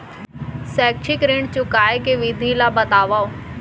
शैक्षिक ऋण चुकाए के विधि ला बतावव